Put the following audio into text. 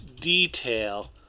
detail